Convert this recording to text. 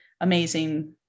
amazing